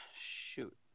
shoot